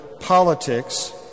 politics